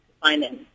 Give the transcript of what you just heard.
finance